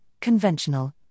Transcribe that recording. conventional